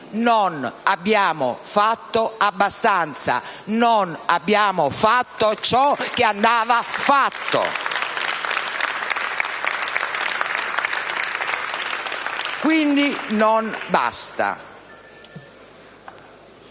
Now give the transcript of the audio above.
non abbiamo fatto abbastanza; non abbiamo fatto ciò che andava fatto. *(Applausi dai